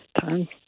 Time